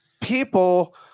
people